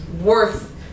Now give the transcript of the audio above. worth